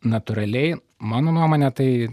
natūraliai mano nuomone tai